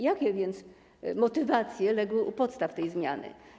Jakie motywacje legły u podstaw tej zmiany?